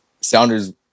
Sounders